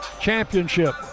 championship